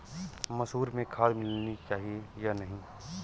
मसूर में खाद मिलनी चाहिए या नहीं?